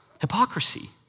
Hypocrisy